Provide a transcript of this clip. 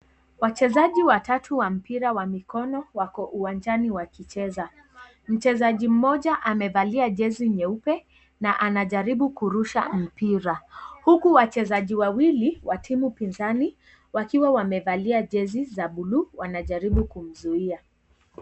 Wachezaji watatu wa mpira wa mikono wako uwanjani wakicheza, mchezaji mmoja amevalia jersey nyeupe na anajaribu kurusha mpira huku wachezaji wawili wa timu pinzani wakiwa wamevalia jersey za bulu wakijaribu kumzuia.